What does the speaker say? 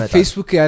facebook